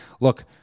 look